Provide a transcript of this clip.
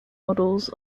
models